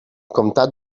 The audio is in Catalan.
comtat